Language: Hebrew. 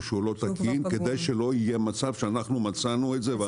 שהוא לא תקין כדי שלא יהיה מצב שאנחנו מצאנו את זה.